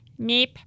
Meep